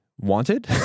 wanted